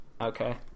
Okay